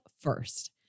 first